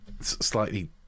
slightly